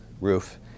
roof